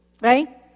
right